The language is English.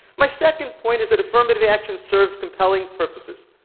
my second point is that affirmative action serves compelling purposes,